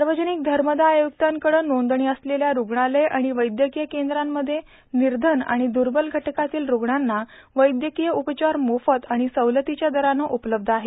सार्वजनिक धर्मदाय आयुक्तांकडं नोंदणी असलेल्या रूग्णालय आणि वैद्यकीय केंद्रांमध्ये निर्धन आणि दुर्बल घटकातील रूग्णांना वैद्यकीय उपचार मोफत आणि सवलतीच्या दरानं उपलब्ध आहे